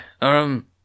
Um